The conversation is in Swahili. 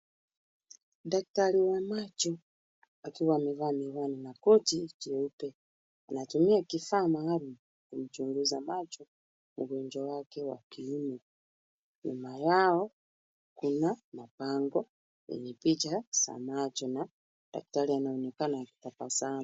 Daktari wa macho akiwa amevaa miwani na koti jeupe anatumia kifaa maalum kumchunguza macho mgonjwa wake wa kiume. Nyuma yao kuna mabango yenye picha za macho na daktari anaonekana akitabasamu.